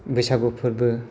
बैसागु फोरबो